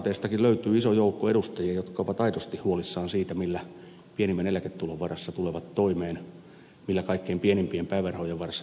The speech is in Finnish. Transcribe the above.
sosialidemokraateistakin löytyy iso joukko edustajia jotka ovat aidosti huolissaan siitä millä pienimmän eläketulon varassa elävät tulevat toimeen millä kaikkein pienimpien päivärahojen varassa elävät tulevat toimeen